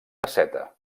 pesseta